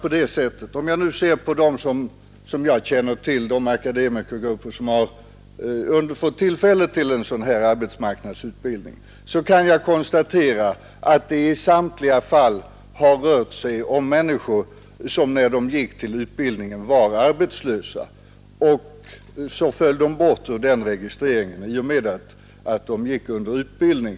Om jag ser på de akademikergrupper som jag känner till och som har fått tillfälle till arbetsmarknadsutbildning, kan jag konstatera, att det i samtliga fall har rört sig om människor som, när de gick till utbildningen, var arbetslösa. De föll då bort ur registreringen som arbetslösa i och med att de gick under utbildning.